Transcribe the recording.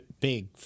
big